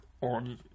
on